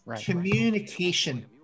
Communication